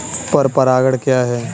पर परागण क्या है?